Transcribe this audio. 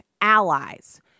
allies